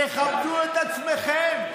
תכבדו את עצמכם.